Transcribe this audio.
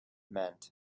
meant